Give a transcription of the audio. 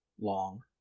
long